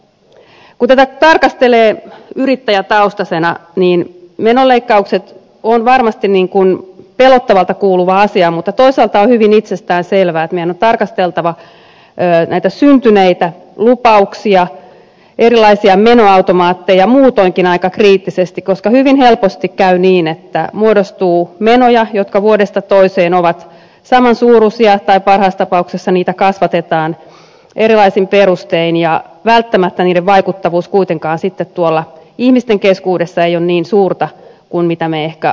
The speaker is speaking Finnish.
kun tätä tarkastelee yrittäjätaustaisena niin menoleik kaukset ovat varmasti pelottavalta kuulostava asia mutta toisaalta on hyvin itsestään selvää että meidän on tarkasteltava näitä syntyneitä lupauksia erilaisia menoautomaatteja muutoinkin aika kriittisesti koska hyvin helposti käy niin että muodostuu menoja jotka vuodesta toiseen ovat samansuuruisia tai parhaassa tapauksessa niitä kasvatetaan erilaisin perustein ja välttämättä niiden vaikuttavuus sitten tuolla ihmisten keskuudessa ei kuitenkaan ole niin suurta kuin mitä me ehkä ajattelemme